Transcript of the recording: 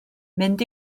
mynd